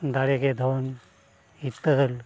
ᱫᱟᱲᱮ ᱜᱮ ᱫᱷᱚᱱ ᱦᱤᱛᱟᱹᱞ